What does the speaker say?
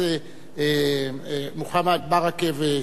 אתה יודע מה יעשו מוחמד ברכה ושיח'